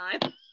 time